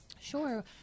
Sure